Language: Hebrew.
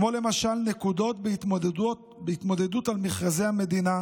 כמו למשל נקודות בהתמודדות על מכרזי המדינה,